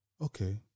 okay